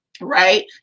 right